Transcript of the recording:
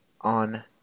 On